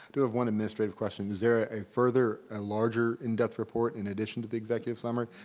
do have one administrative question, is there a further and larger in-depth report in addition to the executive summary?